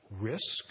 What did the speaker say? risk